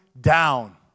down